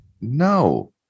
No